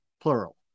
plural